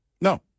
No